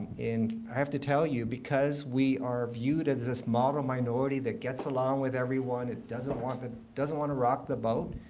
and i have to tell you, because we are viewed as this model minority that gets along with everyone and doesn't want but doesn't want to rock the boat.